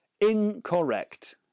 Incorrect